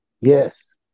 Yes